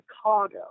Chicago